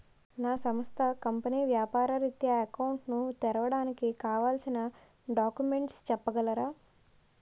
నా సంస్థ కంపెనీ వ్యాపార రిత్య అకౌంట్ ను తెరవడానికి కావాల్సిన డాక్యుమెంట్స్ చెప్పగలరా?